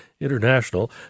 International